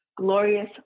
Glorious